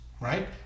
right